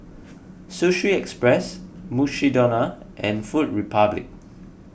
Sushi Express Mukshidonna and Food Republic